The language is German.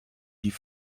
die